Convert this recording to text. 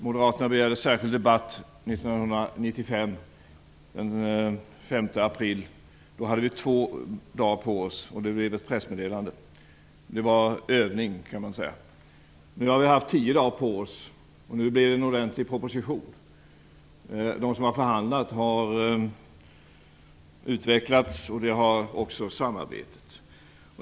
Moderaterna begärde en särskild debatt den 5 april 1995. Då hade vi två dagar på oss, och resultatet blev ett pressmeddelande. Man kan säga att det var en övning. Nu har vi haft tio dagar på oss, och då har det blivit en ordentlig proposition. De som har förhandlat har utvecklats liksom också samarbetet.